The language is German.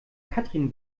katrin